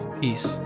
peace